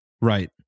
Right